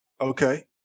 Okay